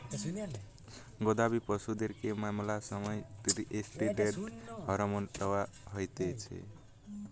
গবাদি পশুদেরকে ম্যালা সময় ষ্টিরৈড হরমোন লওয়া হতিছে